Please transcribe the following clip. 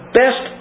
best